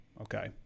okay